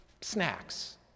snacks